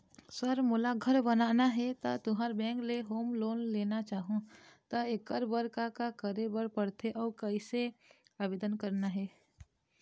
Sir मोला घर बनाना हे ता तुंहर बैंक ले होम लोन लेना चाहूँ ता एकर बर का का करे बर पड़थे अउ कइसे आवेदन करना हे?